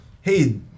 Hey